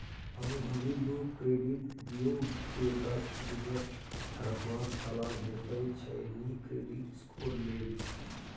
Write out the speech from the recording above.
अनुभबी लोक क्रेडिट उपयोग केँ दस प्रतिशत रखबाक सलाह देते छै नीक क्रेडिट स्कोर लेल